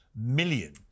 million